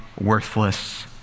worthless